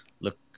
look